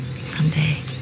Someday